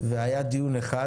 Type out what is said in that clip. והיה דיון אחד,